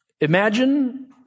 Imagine